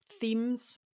themes